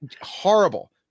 horrible